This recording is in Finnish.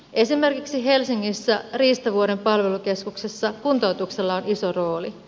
esimerkiksi helsingissä riistavuoren palvelukeskuksessa kuntoutuksella on iso rooli